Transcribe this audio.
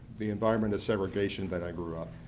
the environment of segregation that i grew up.